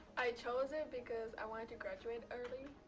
i chose it because i wanted to graduate early,